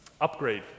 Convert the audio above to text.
upgrade